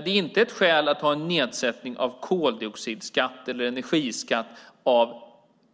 Det är inte ett skäl att ha en nedsättning av koldioxidskatt eller energiskatt av